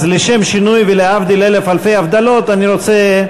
אז לשם שינוי, ולהבדיל אלף אלפי הבדלות, אני רוצה,